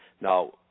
Now